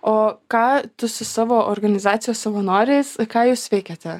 o ką tu su savo organizacijos savanoriais ką jūs veikiate